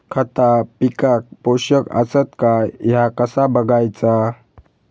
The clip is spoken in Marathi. खता पिकाक पोषक आसत काय ह्या कसा बगायचा?